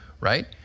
Right